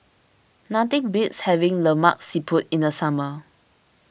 nothing beats having Lemak Siput in the summer